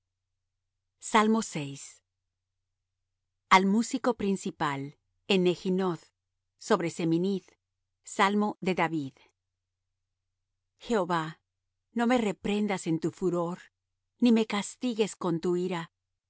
escudo al músico principal en neginoth sobre seminith salmo de david jehova no me reprendas en tu furor ni me castigues con tu ira